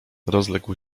rozległ